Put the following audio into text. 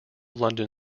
london